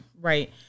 right